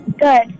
Good